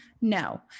no